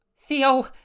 Theo